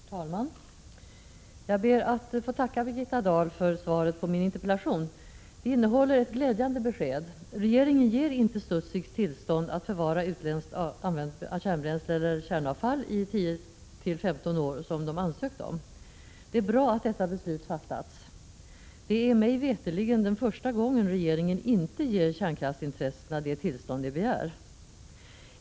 Herr talman! Jag ber att få tacka Birgitta Dahl för svaret på min interpellation. Det innehåller ett glädjande besked: régeringen ger inte Studsvik tillstånd att förvara utländskt använt kärnbränsle eller kärnavfall i 10-15 år, som företaget ansökt om. Det är bra att detta beslut fattats. Mig veterligen är det den första gång regeringen inte ger kärnkraftsintressena det tillstånd de begär.